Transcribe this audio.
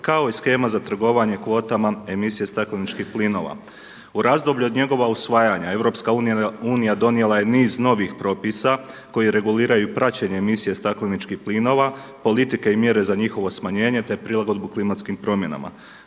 kao i shema za trgovanje kvotama, emisije stakleničkih plinova. U razdoblju od njegova usvajanja, EU donijela je niz novih propisa koji reguliraju i praćenje emisije stakleničkih plinova, politike i mjere za njihovo smanjenje, te prilagodbu klimatskim promjenama.